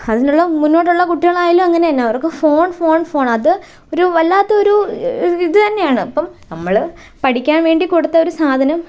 അതിനുള്ള മുന്നോട്ടുള്ള കുട്ടികൾ ആയാലും അങ്ങനെ തന്നെ അവർക്കു ഫോൺ ഫോൺ ഫോൺ അത് ഒരു വല്ലാത്ത ഒരു ഇതുതന്നെയാണ് ഇപ്പം നമ്മള് പഠിക്കാൻ വേണ്ടി കൊടുത്ത ഒരു സാധനം